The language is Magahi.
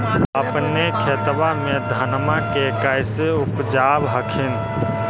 अपने खेतबा मे धन्मा के कैसे उपजाब हखिन?